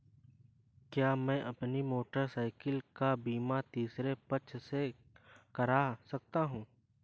क्या मैं अपनी मोटरसाइकिल का बीमा तीसरे पक्ष से करा सकता हूँ?